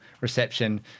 reception